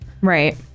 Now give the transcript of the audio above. right